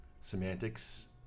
Semantics